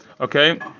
okay